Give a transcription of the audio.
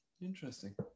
interesting